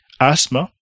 asthma